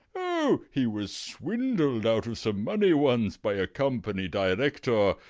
oh, he was swindled out of some money once by a company director.